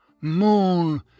moon